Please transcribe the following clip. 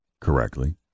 correctly